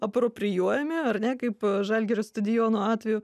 aproprijuojami ar ne kaip žalgirio stadiono atveju